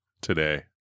today